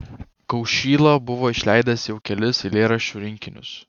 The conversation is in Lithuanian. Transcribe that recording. kaušyla buvo išleidęs jau kelis eilėraščių rinkinius